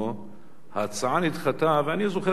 ההצעה נדחתה, ואני זוכר את הנימוקים.